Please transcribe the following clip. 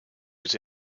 was